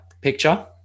picture